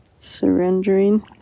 Surrendering